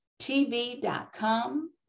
tv.com